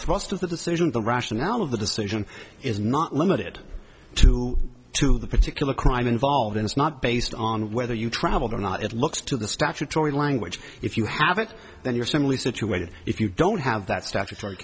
thrust of the decision the rationale of the decision is not limited to to the particular crime involved in is not based on whether you travelled or not it looks to the statutory language if you have it then you're similarly situated if you don't have that statutory